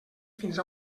fins